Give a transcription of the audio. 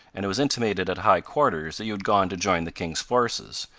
and it was intimated at high quarters that you had gone to join the king's forces,